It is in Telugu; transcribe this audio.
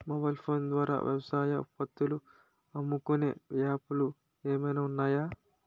మొబైల్ ఫోన్ ద్వారా వ్యవసాయ ఉత్పత్తులు అమ్ముకునే యాప్ లు ఏమైనా ఉన్నాయా?